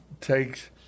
takes